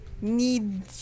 need